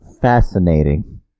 Fascinating